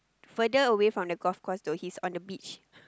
further away from the golf course though he's on the beach